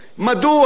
בשביל מה?